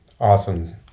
Awesome